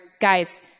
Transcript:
guys